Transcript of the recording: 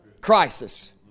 crisis